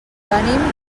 venim